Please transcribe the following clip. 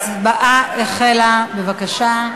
ההצבעה החלה, בבקשה.